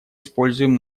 используем